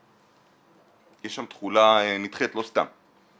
יש שם תחולה נדחית לא סתם.